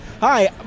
Hi